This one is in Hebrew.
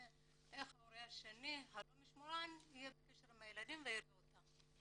ואיך ההורה הלא משמורן יהיה בקשר עם הילדים ויראה אותם.